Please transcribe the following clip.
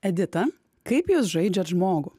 edita kaip jūs žaidžiat žmogų